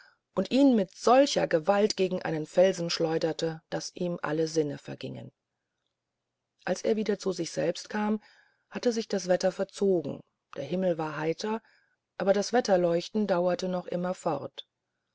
und ihn mit solcher gewalt gegen einen felsen schleuderte daß ihm alle sinne vergingen als er wieder zu sich selbst kam hatte sich das wetter verzogen der himmel war heiter aber das wetterleuchten dauerte noch immer fort